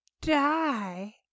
die